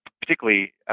particularly